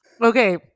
okay